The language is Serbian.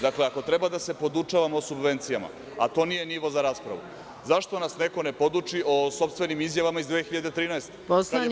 Dakle, ako treba da se podučavamo subvencijama, a to nije nivo za raspravu, zašto nas neko ne poduči o sopstvenim izjavama iz 2013. godine?